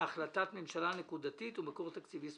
החלטת ממשלה נקודתית ומקור תקציבי ספציפי."